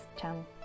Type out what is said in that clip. channel